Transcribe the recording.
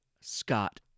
Scott